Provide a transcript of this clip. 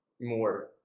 more